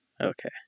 Okay